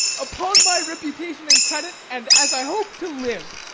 upon my reputation and credit, and as i hope to live.